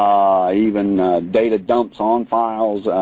even data dumps on files,